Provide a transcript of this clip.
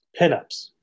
pinups